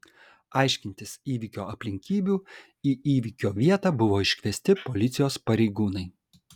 aiškintis įvykio aplinkybių į įvykio vietą buvo iškviesti policijos pareigūnai